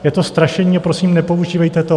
Je to strašení, prosím, nepoužívejte to.